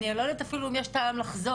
אני לא יודעת אפילו אם יש טעם לחזור.